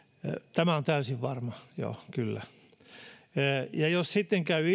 tämä on täysin varma joo kyllä ja jos sitten käy